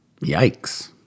Yikes